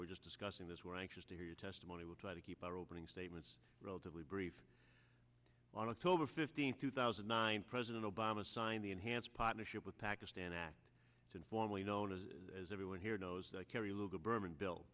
were just discussing this we're anxious to hear your testimony will try to keep our opening statements relatively brief on october fifteenth two thousand and nine president obama signed the enhanced partnership with pakistan act to formally known as as everyone here knows that carry little berman buil